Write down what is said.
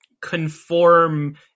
conform